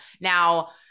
Now